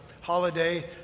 holiday